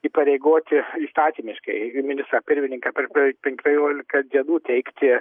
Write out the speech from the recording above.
įpareigoti įstatymiškai ministrą pirmininką per pen penkiolika dienų teikti